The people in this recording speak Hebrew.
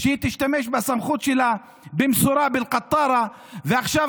שהיא תשתמש בסמכות שלה במשורה באל-קטארה ועכשיו